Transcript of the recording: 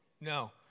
No